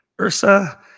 Ursa